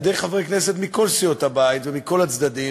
על-ידי חברי כנסת מכל סיעות הבית ומכל הצדדים,